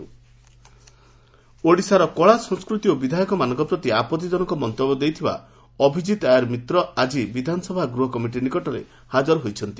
ଅଭିଜିତ୍ ଆୟାର ଓଡ଼ିଶାର କଳାସଂସ୍କୃତି ଓ ବିଧାୟକମାନଙ୍କ ପ୍ରତି ଆପଉିଜନକ ମନ୍ତବ୍ୟ ଦେଇଥିବା ଅଭିଜିତ୍ ଆୟାର ମିତ୍ର ଆଜି ବିଧାନସଭା ଗୃହ କମିଟି ନିକଟରେ ହାଜର ହୋଇଛନ୍ତି